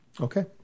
Okay